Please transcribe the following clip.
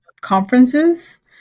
conferences